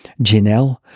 Janelle